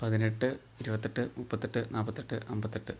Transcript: പതിനെട്ട് ഇരുപത്തെട്ട് മുപ്പത്തെട്ട് നാൽപ്പത്തെട്ട് അൻപത്തെട്ട്